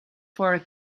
for